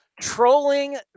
trolling